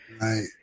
Right